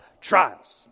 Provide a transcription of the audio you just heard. trials